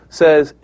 says